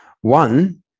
One